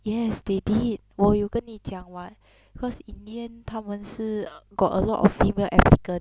yes they did 我有跟你讲 [what] cause in the end 他们是 got a lot of female applicant